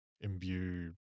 imbue